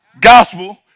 gospel